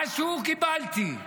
משהו שקיבלתי.